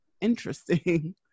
Interesting